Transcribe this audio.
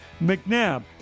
McNabb